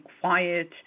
quiet